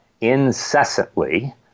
incessantly